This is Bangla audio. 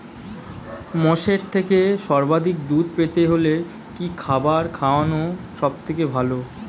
মোষের থেকে সর্বাধিক দুধ পেতে হলে কি খাবার খাওয়ানো সবথেকে ভালো?